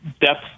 depth